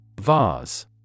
Vase